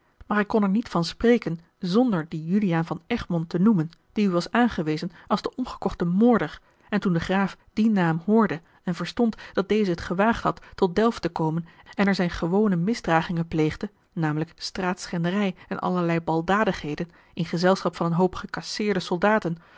maar ik kon er niet van spreken zona l g bosboom-toussaint de delftsche wonderdokter eel dien juliaan van egmond te noemen die mij was aangewezen als den omgekochten moorder en toen de graaf dien naam hoorde en verstond dat deze het gewaagd had tot delft te komen en er zijne gewone misdragingen pleegde namelijk straatschenderij en allerlei baldadigheden in gezelschap van een hoop gecasseerde